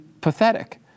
pathetic